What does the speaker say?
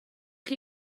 chi